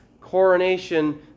coronation